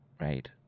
right